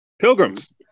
Pilgrims